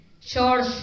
George